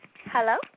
Hello